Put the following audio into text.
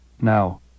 Now